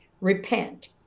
repent